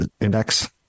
index